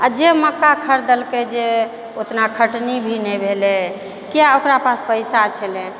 आ जे मक्का खरीदलकै जे ओतना खटनी भी नहि भेलै किया ओकरा पास पैसा छलै